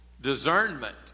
discernment